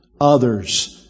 others